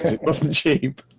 it wasn't cheap.